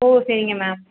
ஓ சரிங்க மேம்